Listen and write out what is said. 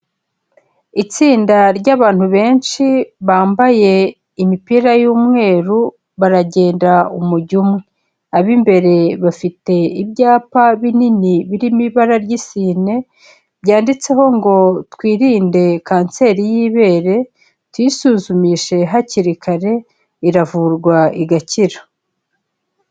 Itsinda ry'abantu benshi bambaye imipira y'umweru, baragenda umujyo umwe, ab'imbere bafite ibyapa binini biri mu ibara ry'isine, byanditseho ngo twirinde kanseri y'ibere, tuyisuzumishe hakiri kare iravurwa igakira.